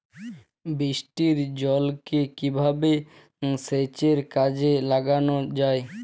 বৃষ্টির জলকে কিভাবে সেচের কাজে লাগানো যায়?